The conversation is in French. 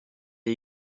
est